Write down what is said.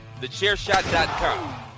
Thechairshot.com